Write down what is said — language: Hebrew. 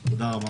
תודה.